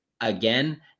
again